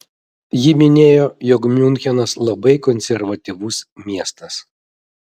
ji minėjo jog miunchenas labai konservatyvus miestas